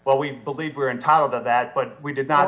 well we believe we're entitled to that but we did not